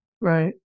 Right